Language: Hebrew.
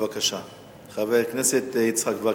חבר הכנסת יצחק וקנין,